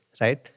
right